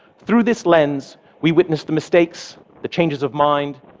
through this lens, we witness the mistakes, the changes of mind,